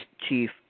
Chief